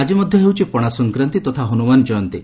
ଆଜି ମଧ୍ଧ ହେଉଛି ପଣା ସଂକ୍ରାନ୍ତି ତଥା ହନୁମାନ କୟନ୍ତୀ